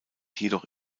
jedoch